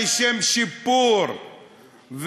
לשם שיפור,